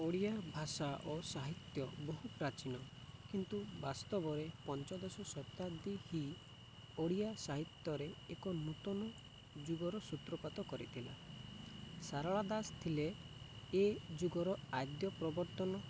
ଓଡ଼ିଆ ଭାଷା ଓ ସାହିତ୍ୟ ବହୁ ପ୍ରାଚୀନ କିନ୍ତୁ ବାସ୍ତବରେ ପଞ୍ଚଦଶ ଶତାବ୍ଦୀ ହିଁ ଓଡ଼ିଆ ସାହିତ୍ୟରେ ଏକ ନୂତନ ଯୁଗର ସୂତ୍ରପାତ କରିଥିଲା ସାରଳା ଦାସ ଥିଲେ ଏ ଯୁଗର ଆଦ୍ୟ ପ୍ରବର୍ତ୍ତନ